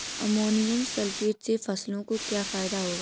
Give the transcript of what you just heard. Ammonium sulphate से फसलों को क्या फायदा होगा?